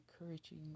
encouraging